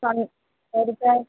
ସ ସଳିତା